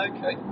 Okay